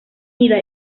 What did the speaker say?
ida